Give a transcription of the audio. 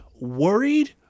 Worried